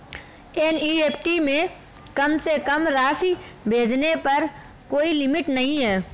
NEFT में कम से कम राशि भेजने पर कोई लिमिट नहीं है